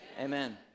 amen